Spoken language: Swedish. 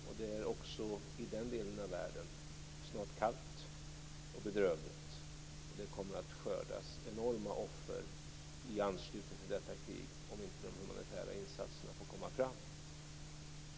Också i den delen av världen är det snart kallt och bedrövligt, och det kommer att skördas enorma offer i anslutning till detta krig om inte de humanitära insatserna får komma fram.